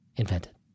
invented